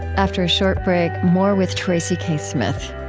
after a short break, more with tracy k. smith.